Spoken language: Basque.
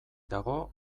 dago